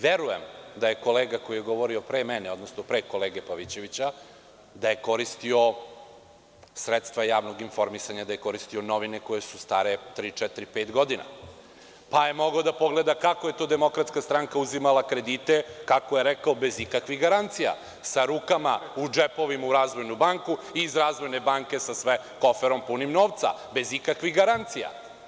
Verujem da je kolega koji je govorio pre mene, odnosno pre kolege Pavićevića, da je koristio sredstva javnog informisanja, da je koristio novine koje su stare tri, četiri, pet godina, pa je mogao da pogleda kako je to DS uzimala kredite, kako je rekao – bez ikakvih garancija, sa rukama u džepovima u „Razvojnu banku“, iz „Razvojne banke“ sa sve koferom punim novca, bez ikakvih garancija.